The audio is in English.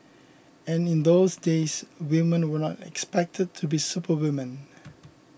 and in those days women were not expected to be superwomen